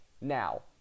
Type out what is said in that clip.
Now